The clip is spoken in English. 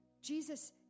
Jesus